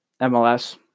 MLS